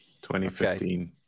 2015